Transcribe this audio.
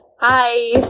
Hi